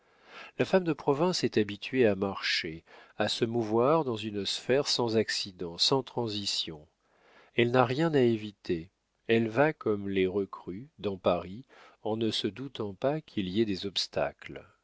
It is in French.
la femme de province est habituée à marcher à se mouvoir dans une sphère sans accidents sans transitions elle n'a rien à éviter elle va comme les recrues dans paris en ne se doutant pas qu'il y ait des obstacles